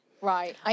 Right